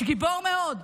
גיבור מאוד,